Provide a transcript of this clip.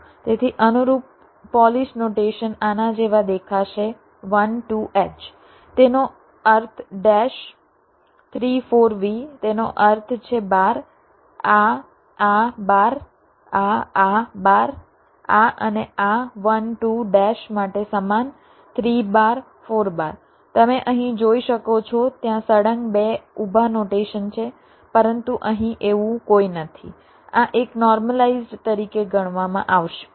તેથી અનુરૂપ polish notation આના જેવા દેખાશે 1 2 H તેનો અર્થ ડેશ 3 4 V તેનો અર્થ છે બાર આ આ બાર આ આ બાર આ અને આ 1 2 ડેશ માટે સમાન 3 બાર 4 બાર તમે અહીં જોઈ શકો છો ત્યાં સળંગ બે ઊભા નોટેશન છે પરંતુ અહીં એવું કોઈ નથી આ એક નોર્મલાઇઝ્ડ તરીકે ગણવામાં આવશે